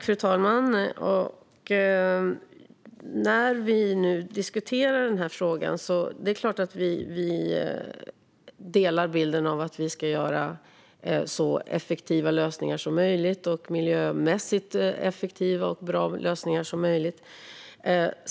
Fru talman! Vi diskuterar nu den här frågan. Det är klart att vi delar bilden av att vi ska göra så effektiva lösningar som möjligt och så miljömässigt effektiva och bra lösningar som möjligt.